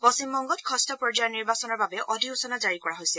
পশ্চিমবংগত ষঠ পৰ্যায়ৰ নিৰ্বাচনৰ বাবে অধিসূচনা জাৰি কৰা হৈছে